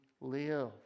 live